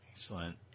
Excellent